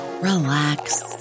relax